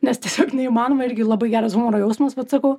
nes tiesiog neįmanoma irgi labai geras humoro jausmas vat sakau